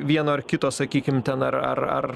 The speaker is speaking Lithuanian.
vieno ar kito sakykim ten ar